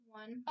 one